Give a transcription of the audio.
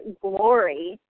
glory